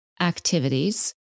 activities